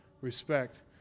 respect